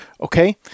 Okay